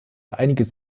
einiges